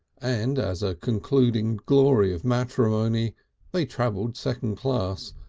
and as a concluding glory of matrimony they travelled second-class,